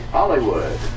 Hollywood